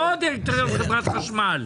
לא דירקטוריון חברת החשמל.